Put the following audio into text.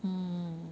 mm